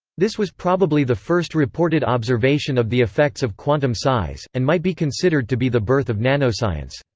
this was probably the first reported observation of the effects of quantum size, and might be considered to be the birth of nanoscience.